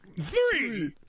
Three